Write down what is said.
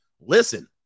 listen